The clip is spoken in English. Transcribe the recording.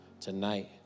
Tonight